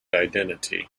identity